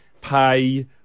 pay